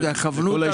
יש להם את כל האישורים.